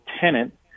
tenant